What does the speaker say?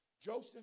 Joseph